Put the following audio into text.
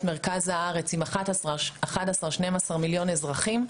מרכז הארץ עם 11 או 12 מיליון אזרחים,